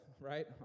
right